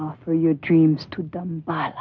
not for your dreams too dumb but